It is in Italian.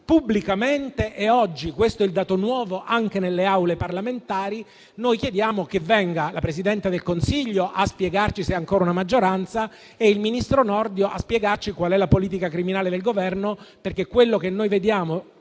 pubblicamente e oggi - questo è il dato nuovo - anche nelle aule parlamentari, chiediamo che la Presidente del Consiglio venga a spiegarci se è ancora una maggioranza e che il ministro Nordio venga a spiegarci qual è la politica criminale del Governo, perché quello che vediamo